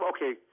Okay